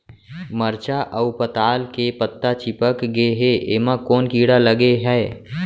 मरचा अऊ पताल के पत्ता चिपक गे हे, एमा कोन कीड़ा लगे है?